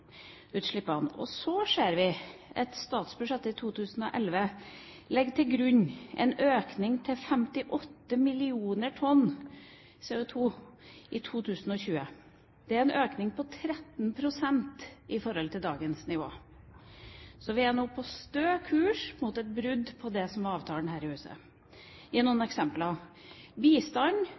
Så ser vi at statsbudsjettet for 2011 legger til grunn en økning til 58 mill. tonn CO2 i 2020. Det er en økning på 13 pst. i forhold til dagens nivå, så vi er nå på stø kurs mot et brudd på det som var avtalen her i huset. Jeg skal gi noen eksempler.